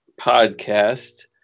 podcast